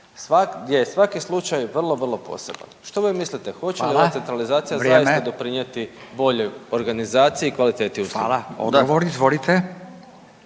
svaki slučaj vrlo, vrlo poseban. Što vi mislite hoće li ova centralizacija zaista doprinijeti boljoj organizaciji i kvaliteti usluge.